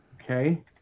Okay